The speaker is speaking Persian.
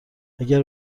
اگر